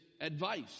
advice